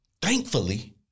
Thankfully